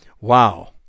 wow